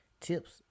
Tips